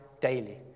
daily